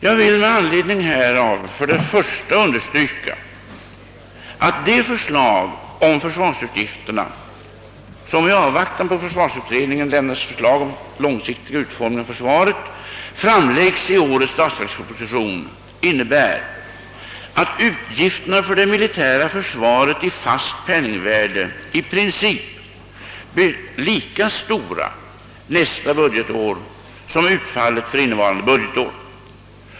Jag vill med anledning härav för det första understryka att de förslag om försvarsutgifterna som — i avvaktan på att försvarsutredningen lämnar förslag om den långsiktiga utformningen av försvaret — framläggs i årets statsverksproposition innebär att utgifterna för det militära försvaret i fast penningvärde i princip blir lika stora nästa budgetår som utfallet för innevarande budgetår.